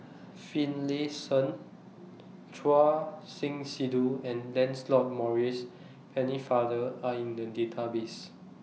Finlayson Choor Singh Sidhu and Lancelot Maurice Pennefather Are in The Database